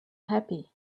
happy